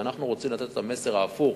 ואנחנו רוצים לתת את המסר ההפוך.